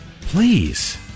Please